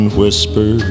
whisper